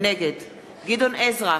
נגד גדעון עזרא,